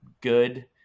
good